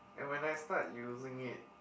and when I start using it